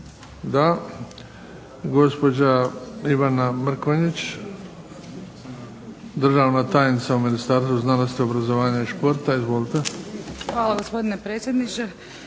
Da. Gospođa Ivana Mrkonjić, državna tajnica u Ministarstvu znanosti, obrazovanja i športa. Izvolite. **Mrkonjić, Ivana** Hvala gospodine predsjedniče.